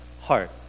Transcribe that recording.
heart